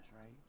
right